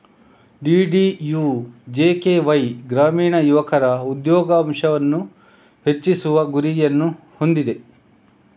DDUJKY ಗ್ರಾಮೀಣ ಯುವಕರ ಉದ್ಯೋಗಾವಕಾಶವನ್ನು ಹೆಚ್ಚಿಸುವ ಗುರಿಯನ್ನು ಹೊಂದಿದೆ